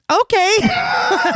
Okay